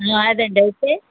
అదండీ అయితే